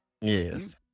Yes